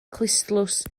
clustdlws